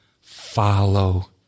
follow